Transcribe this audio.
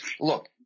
look